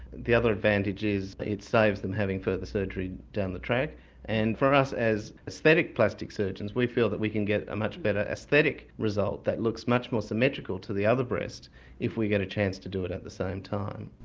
the other advantage is it saves them having further surgery down the track and for us as aesthetic plastic surgeons we feel that we can get a much better aesthetic result that looks much more symmetrical to the other breast if we get a chance to do it at the same time.